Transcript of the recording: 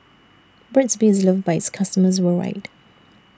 Burt's Bee IS loved By its customers worldwide